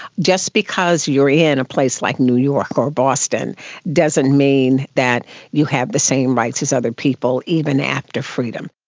just because you're in a place like new york or boston doesn't mean that you have the same rights as other people, even after freedom.